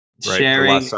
Sharing